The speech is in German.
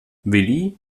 willi